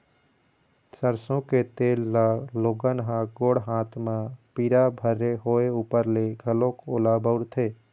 सरसो के तेल ल लोगन ह गोड़ हाथ म पीरा भरे होय ऊपर ले घलोक ओला बउरथे